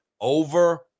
over